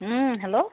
hello